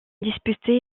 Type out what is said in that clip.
disputé